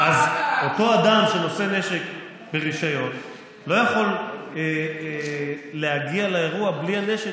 אז אותו אדם שנושא נשק ברישיון לא יכול להגיע לאירוע בלי הנשק,